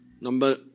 Number